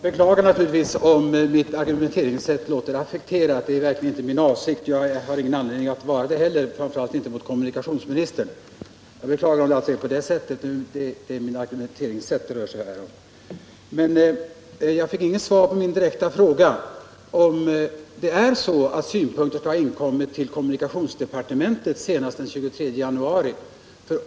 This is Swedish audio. Herr talman! Jag beklagar om mitt argumenteringssätt låter affekterat — det var verkligen inte min avsikt, och jag har heller ingen anledning att vara affekterad, framför allt inte mot kommunikationsministern. Jag beklagar alltså om mitt argumenteringssätt uppfattas så. Men jag fick inget svar på min direkta fråga, om det är så, att synpunkter skall ha inkommit till kommunikationsdepartementet senast den 23 januari.